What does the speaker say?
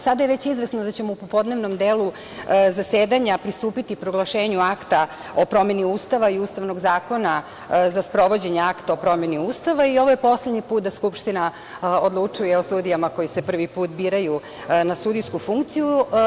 Sada je već izvesno da ćemo u popodnevnom delu zasedanja pristupiti proglašenju Akta o promeni Ustava i Ustavnog zakona za sprovođenje Akta o promeni Ustava i ovo je poslednji put da Skupština odlučuje o sudijama koji se prvi put biraju na sudijsku funkciju.